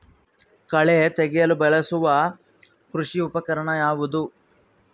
ಕಳೆ ತೆಗೆಯಲು ಬಳಸುವ ಕೃಷಿ ಉಪಕರಣ ಯಾವುದು?